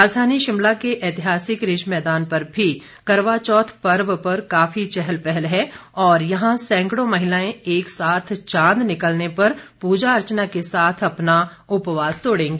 राजधानी शिमला के एतिहासिक रिज मैदान पर भी करवा चौथ पर्व पर काफी चहल पहल है और यहां सैंकड़ों महिलाएं एक साथ चांद निकलने पर पूजा अर्चना के साथ अपना उपवास तोड़ेंगी